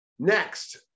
Next